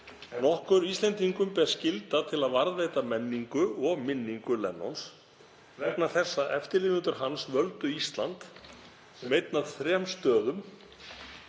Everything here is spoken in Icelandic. Okkur Íslendingum ber skylda til að varðveita menningu og minningu Lennons vegna þess að eftirlifendur hans völdu Ísland sem einn af þremur stöðum